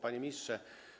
Panie Ministrze!